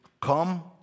come